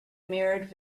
mirrored